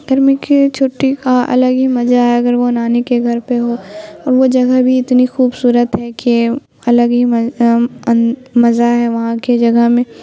گرمی کی چھٹی کا الگ ہی مزہ ہے اگر وہ نانی کے گھر پہ ہو اور وہ جگہ بھی اتنی خوبصورت ہے کہ الگ ہی مزہ ہے وہاں کے جگہ میں